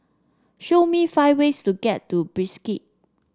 show me five ways to get to Bishkek